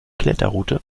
kletterroute